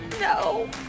No